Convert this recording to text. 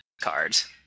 cards